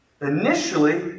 initially